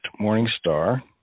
Morningstar